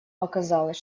оказалось